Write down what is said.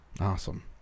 Awesome